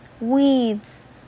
weeds